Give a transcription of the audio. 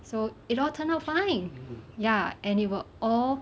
so it all turned out fine ya and it will all